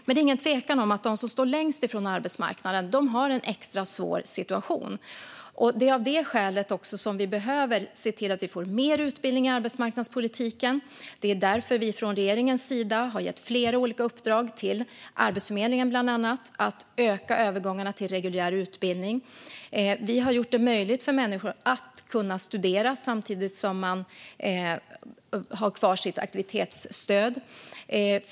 Men det är ingen tvekan om att de som står längst från arbetsmarknaden har en extra svår situation. Det är av det skälet vi behöver se till att vi får mer utbildningar i arbetsmarknadspolitiken. Det är därför vi från regeringens sida har gett flera olika uppdrag till bland annat Arbetsförmedlingen att öka övergångarna till reguljär utbildning. Vi har gjort det möjligt för människor att studera samtidigt som de har kvar sitt aktivitetsstöd.